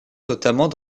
notamment